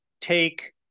take